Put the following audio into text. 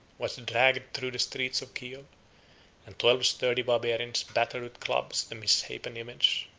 was dragged through the streets of kiow and twelve sturdy barbarians battered with clubs the misshapen image,